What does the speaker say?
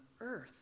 earth